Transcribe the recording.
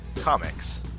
Comics